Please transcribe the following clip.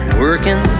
working